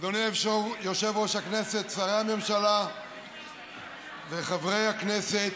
אדוני יושב-ראש הישיבה, שרי הממשלה וחברי הכנסת,